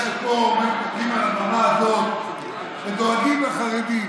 אתה יודע שפה עומדים על הבמה הזאת ודואגים לחרדים: